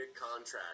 contract